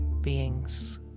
beings